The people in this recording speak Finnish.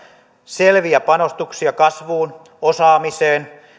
selviä panostuksia kasvuun osaamiseen